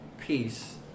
peace